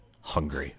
hungry